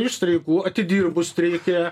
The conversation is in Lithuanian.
iš streikų atidirbus streike